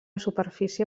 superfície